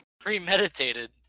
premeditated